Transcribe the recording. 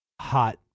hot